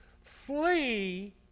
Flee